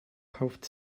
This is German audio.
kauft